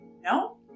No